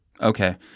Okay